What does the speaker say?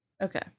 Okay